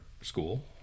school